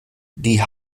die